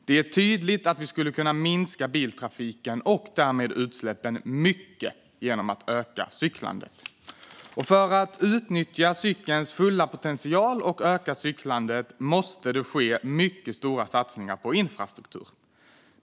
Det är tydligt att vi skulle kunna minska biltrafiken, och därmed utsläppen, mycket genom att öka cyklandet. För att utnyttja cykelns fulla potential och öka cyklandet måste stora satsningar på infrastruktur göras.